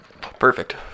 Perfect